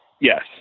Yes